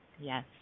Yes